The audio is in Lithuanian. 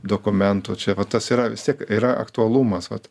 dokumentų čia va tas yra vis tiek yra aktualumas vat